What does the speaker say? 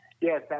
Yes